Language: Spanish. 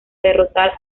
derrotar